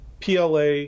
PLA